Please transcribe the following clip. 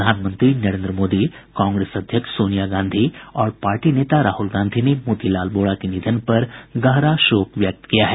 प्रधानमंत्री नरेंद्र मोदी कांग्रेस अध्यक्ष सोनिया गांधी और पार्टी नेता राहुल गांधी ने मोतीलाल वोरा के निधन पर गहरा शोक व्यक्त किया है